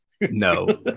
No